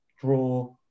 draw